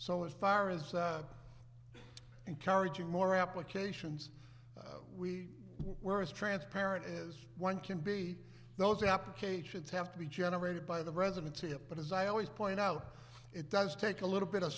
so as far as encouraging more applications we were as transparent as one can be those applications have to be generated by the residents here but as i always point out it does take a little bit of